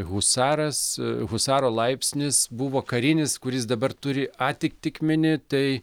husaras husaro laipsnis buvo karinis kuris dabar turi atitikmenį tai